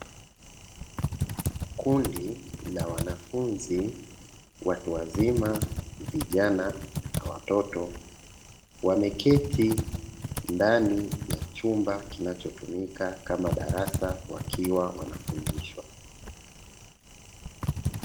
Kundi la wanafunzi watu wazima, vijana na watoto wameketi ndani ya chumba kinachotumika kama darasa wakiwa wanafundishwa.